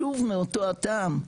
שוב מאותו הטעם,